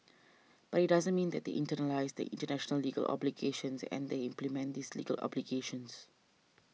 but it doesn't mean that they internalise the international legal obligations and that they implement these legal obligations